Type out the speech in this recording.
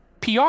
PR